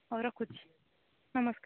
ହଉ ରଖୁଛି ନମସ୍କାର